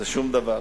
זה שום דבר.